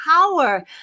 power